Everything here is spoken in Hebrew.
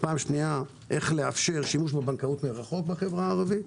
איך לאפשר שימוש בבנקאות מרחוק בחברה הערבית,